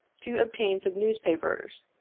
to obtain some newspapers,